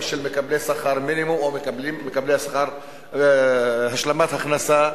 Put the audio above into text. של מקבלי שכר מינימום או מקבלי השלמת הכנסה.